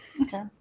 Okay